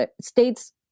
states